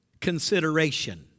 consideration